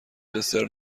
دسر